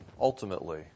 ultimately